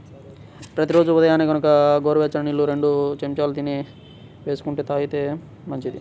ప్రతి రోజూ ఉదయాన్నే గనక గోరువెచ్చని నీళ్ళల్లో రెండు చెంచాల తేనె వేసుకొని తాగితే మంచిది